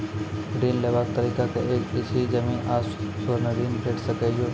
ऋण लेवाक तरीका की ऐछि? जमीन आ स्वर्ण ऋण भेट सकै ये?